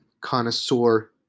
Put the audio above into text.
connoisseur